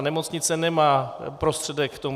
Nemocnice nemá prostředek k tomu.